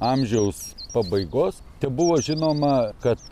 amžiaus pabaigos tebuvo žinoma kad